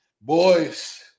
Boys